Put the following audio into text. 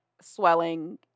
swelling